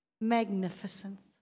Magnificence